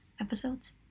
episodes